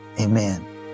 amen